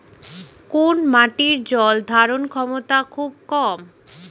কোন মাটির জল ধারণ ক্ষমতা খুব কম?